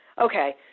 Okay